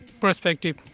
perspective